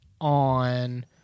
on